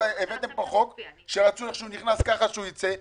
הבאתם חוק, שרצו שאיך שהוא נכנס, ככה הוא ייצא.